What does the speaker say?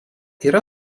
yra